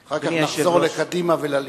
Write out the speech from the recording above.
אחר כך נחזור לקדימה ולליכוד.